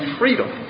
freedom